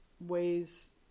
ways